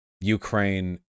Ukraine